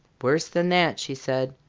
worse than that, she said.